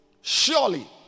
surely